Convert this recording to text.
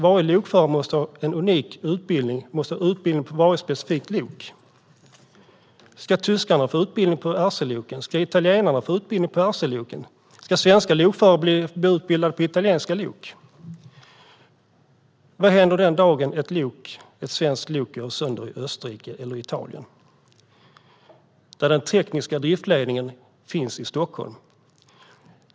Varje lokförare måste ha en unik utbildning för varje specifikt lok. Ska tyskarna få utbildning om Rc-loken? Ska italienarna få utbildning om Rc-loken? Ska svenska lokförare bli utbildade om italienska lok? Vad händer den dagen ett svenskt lok går sönder i Österrike eller Italien och den tekniska driftledningen finns i Stockholm?